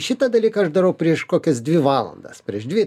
šitą dalyką aš darau prieš kokias dvi valandas prieš dvi